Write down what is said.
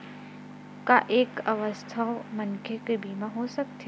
का एक अस्वस्थ मनखे के बीमा हो सकथे?